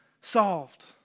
solved